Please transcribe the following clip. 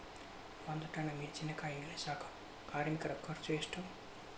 ಒಂದ್ ಟನ್ ಮೆಣಿಸಿನಕಾಯಿ ಇಳಸಾಕ್ ಕಾರ್ಮಿಕರ ಖರ್ಚು ಎಷ್ಟು?